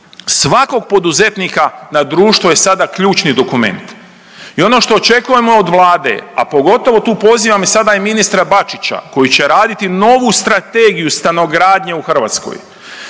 svakog poduzetnika na društvo je sada ključni dokument. I ono što očekujemo od Vlade, a pogotovo tu pozivam i sada i ministra Bačića koji će raditi novu Strategiju stanogradnje u Hrvatskoj